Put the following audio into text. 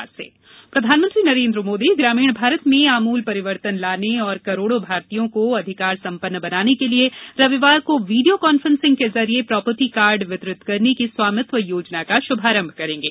PM स्वामित्व योजना प्रधानमंत्री नरेन्द्र मोदी ग्रामीण भारत में आमूल परिवर्तन लाने और करोड़ों भारतीयों को अधिकार संपन्न बनाने के लिए रविवार को वीडियो कांफ्रेंसिंग के जरिये प्रोपर्टी कार्ड वितरित करने की स्वामित्व योजना का शुभारंभ करेंगे